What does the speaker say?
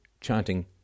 chanting